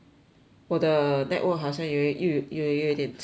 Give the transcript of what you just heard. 我的 the network 好像有一又越来越一点差了